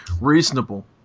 reasonable